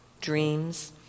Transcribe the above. dreams